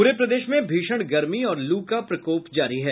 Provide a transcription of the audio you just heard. पूरे प्रदेश में भीषण गर्मी और लू का प्रकोप जारी है